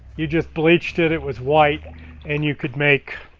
you just bleached it, it was white and you could make